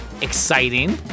exciting